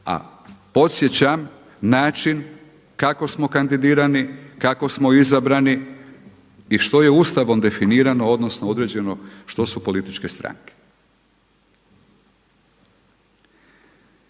A podsjećam način kako smo kandidirani, kako smo izabrani i što je Ustavom definirano odnosno određeno što su političke stranke.